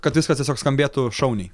kad viskas tiesiog skambėtų šauniai